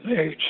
age